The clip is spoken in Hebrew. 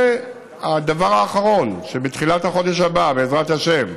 הדבר האחרון, בתחילת החודש הבא, בעזרת השם,